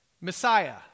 Messiah